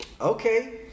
Okay